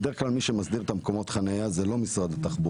בדרך כלל מי שמסדיר את מקומות החניה זה לא משרד התחבורה,